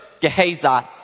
Gehazi